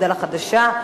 מפד"ל החדשה,